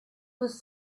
was